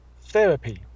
therapy